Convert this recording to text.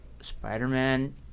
Spider-Man